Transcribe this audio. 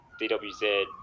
DWZ